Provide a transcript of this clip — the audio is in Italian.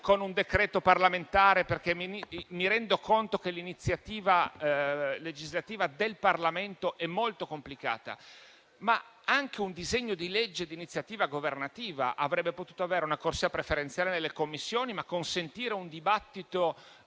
di iniziativa parlamentare (perché mi rendo conto che l'iniziativa legislativa del Parlamento sia molto complicata), ma anche con un disegno di legge di iniziativa governativa, che avrebbe potuto avere una corsia preferenziale nelle Commissioni, pur consentendo un dibattito